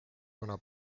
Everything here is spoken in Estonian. kuna